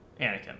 Anakin